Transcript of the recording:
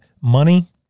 money